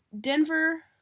Denver